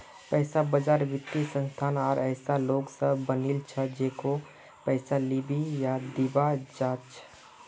पैसा बाजार वित्तीय संस्थानों आर ऐसा लोग स बनिल छ जेको पैसा लीबा या दीबा चाह छ